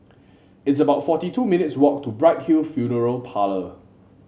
it's about forty two minutes' walk to Bright Hill Funeral Parlour